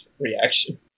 reaction